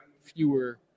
fewer